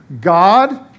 God